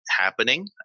happening